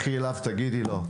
לכי אליו תגידי לו,